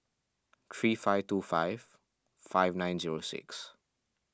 three five two five five nine zero six